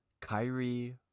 Kyrie